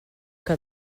que